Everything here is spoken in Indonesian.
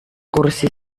kursi